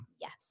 Yes